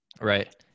Right